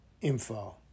info